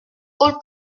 autre